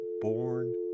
born